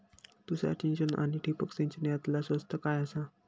तुषार सिंचन आनी ठिबक सिंचन यातला स्वस्त काय आसा?